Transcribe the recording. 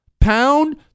Pound